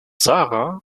sarah